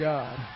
God